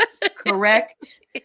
Correct